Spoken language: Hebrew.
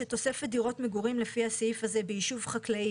שתוספת דירות מגורים לפי הסעיף הזה ביישוב חקלאי,